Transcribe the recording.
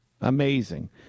Amazing